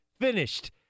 finished